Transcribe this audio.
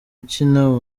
ikina